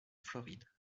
floride